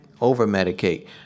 over-medicate